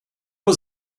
was